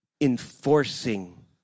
enforcing